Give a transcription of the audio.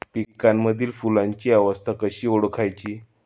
पिकांमधील फुलांची अवस्था कशी ओळखायची?